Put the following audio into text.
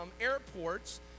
airports